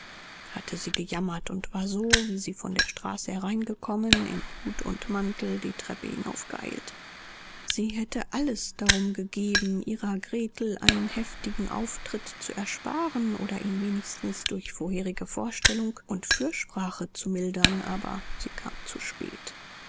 hatte sie gejammert und war so wie sie von der straße hereingekommen in hut und mantel die treppe hinaufgeeilt sie hätte alles darum gegeben ihrer gretel einen heftigen auftritt zu ersparen oder ihn wenigstens durch vorherige vorstellung und fürsprache zu mildern aber sie kam zu spät